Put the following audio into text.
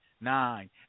nine